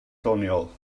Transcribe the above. doniol